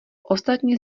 ostatní